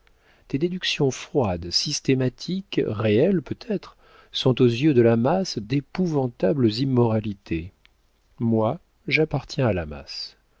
tes déductions froides systématiques réelles peut-être sont aux yeux de la masse d'épouvantables immoralités moi j'appartiens à la masse